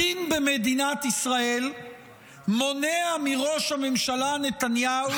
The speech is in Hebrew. הדין במדינת ישראל מונע מראש הממשלה נתניהו,